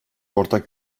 ortak